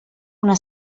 una